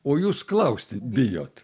o jūs klausti bijot